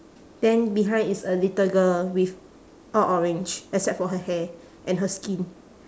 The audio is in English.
then behind is a little girl with all orange except for her hair and her skin